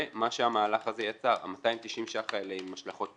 זה מה שהמהלך הזה יצר ה-290 שח האלה עם השלכות פנסיוניות,